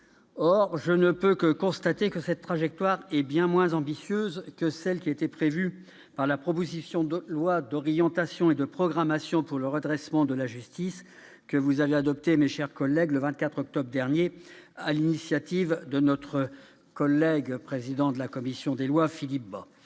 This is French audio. Or je ne peux que constater que cette trajectoire est bien moins ambitieuse que celle de la proposition de loi d'orientation et de programmation pour le redressement de la justice, que vous avez adoptée, mes chers collègues, le 24 octobre dernier, sur l'initiative de notre collègue, président de la commission des lois, Philippe Bas.